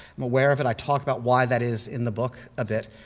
i'm aware of it. i talk about why that is in the book a bit.